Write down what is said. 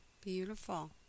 Beautiful